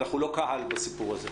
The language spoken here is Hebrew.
אנחנו לא קהל בסיפור הזה.